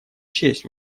честь